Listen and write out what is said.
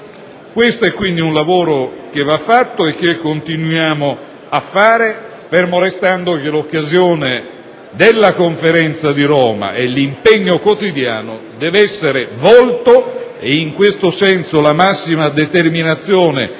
Questo è, quindi, un lavoro che va compiuto e che continuiamo a svolgere, fermo restando che, in occasione della Conferenza di Roma, l'impegno quotidiano deve essere volto - e va in questa direzione la massima determinazione